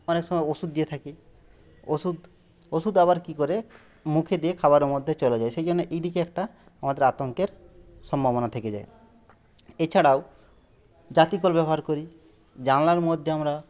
অনেক সময় ওষুধ দিয়ে থাকি ওষুধ ওষুধ আবার কি করে মুখে দিয়ে খাবারের মধ্যে চলে যায় সেই জন্য এই দিকে একটা আমদের আতঙ্কের সম্ভবনা থেকে যায় এছাড়াও জাঁতিকল ব্যবহার করি জানলার মধ্যে আমরা